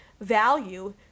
value